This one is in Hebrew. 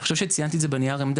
אני חושב שציינתי את זה בנייר עמדה,